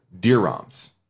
dirhams